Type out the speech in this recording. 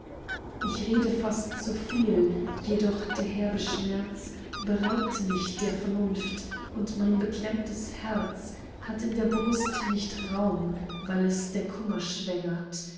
ich rede fast zuviel jedoch der herbe schmerz beraubt mich der vernunft und mein beklemmtes herz hat in der brust nicht raum weil es der kummer schwängert